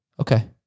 Okay